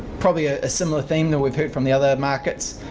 probably a similar thing that we've heard from the other markets,